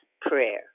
prayer